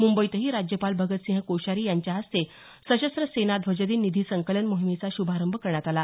मुंबईतही राज्यपाल भगत सिंह कोश्यारी यांच्या हस्ते सशस्त्र सेना ध्वजदिन निधी संकलन मोहिमेचा श्रभारंभ करण्यात आला